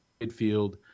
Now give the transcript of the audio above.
midfield